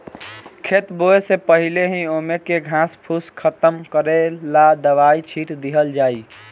खेत बोवे से पहिले ही ओमे के घास फूस खतम करेला दवाई छिट दिहल जाइ